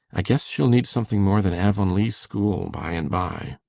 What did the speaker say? i guess she'll need something more than avonlea school by and by.